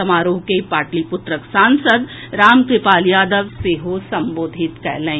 समारोह के पाटलिपुत्रक सांसद रामकृपाल यादव सेहो संबोधित कयलनि